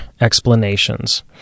explanations